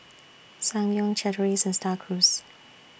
Ssangyong Chateraise STAR Cruise